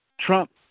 Trump